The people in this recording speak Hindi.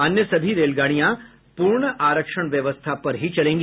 अन्य सभी रेलगाडियां पूर्ण आरक्षण व्यवस्था पर ही चलेंगी